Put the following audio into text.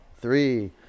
three